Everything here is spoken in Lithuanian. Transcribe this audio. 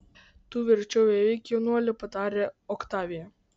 tu verčiau jau eik jaunuoli patarė oktavija